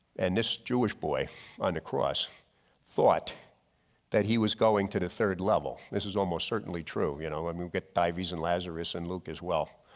and this jewish boy on the cross thought that he was going to the third level. this is almost certainly true. you know, when we get tyrese and lazarus and luke as well.